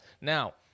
now